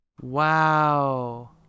Wow